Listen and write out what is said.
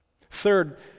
Third